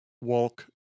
Walk